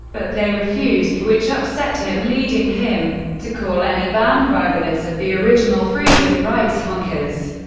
but they refused, which upset him, leading him to call any bandwagoners of the original freedom rides honkers.